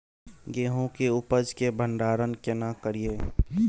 गेहूं के उपज के भंडारन केना करियै?